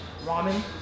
Ramen